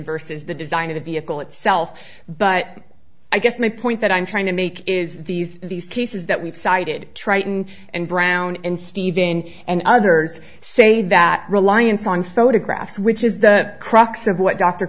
versus the design of the vehicle itself but i guess my point that i'm trying to make is these these cases that we've cited triton and brown and steve and and others say that reliance on photographs which is the crux of what dr